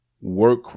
work